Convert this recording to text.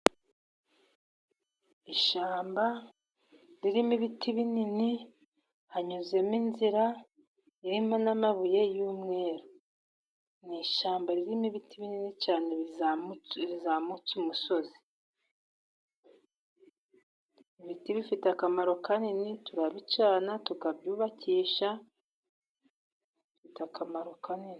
Ishyamba ririmo ibiti binini, hanyuzemo inzira irimo n'amabuye y'umweru, ishyamba ririmo ibiti binini cyane zamutse umusozi. Ibiti bifite akamaro kanini turabicana tukabyubakisha bifite akamaro kanini.